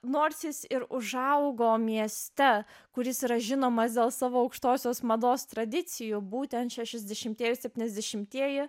nors jis ir užaugo mieste kuris yra žinomas dėl savo aukštosios mados tradicijų būtent šešiasdešimtieji septyniasdešimtieji